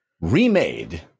remade